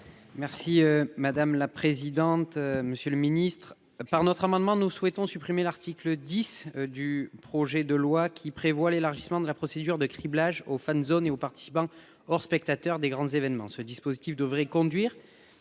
Merci madame la présidente. Monsieur le Ministre par notre amendement nous souhaitons supprimer l'article 10 du projet de loi qui prévoit l'élargissement de la procédure de criblage au fan zones et aux participants aux spectateurs des grands événements. Ce dispositif devrait conduire